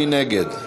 מי נגד?